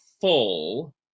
full